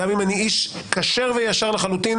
גם אם אני איש ישר וכשר לחלוטין,